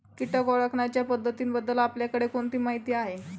कीटक ओळखण्याच्या पद्धतींबद्दल आपल्याकडे कोणती माहिती आहे?